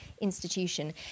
institution